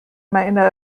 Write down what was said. meiner